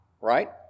right